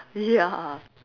ya